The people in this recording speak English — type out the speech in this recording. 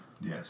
Yes